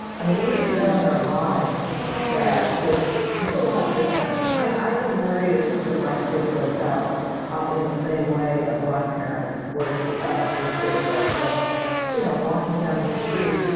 i mean we just know in our lives that it's it's a lot different. i don't worry it when my kid goes out um in the same way a black parent worries about their kid like just you know walking down the street,